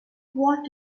what